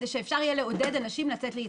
כדי שאפשר יהיה לעודד אנשים לצאת להתחסן.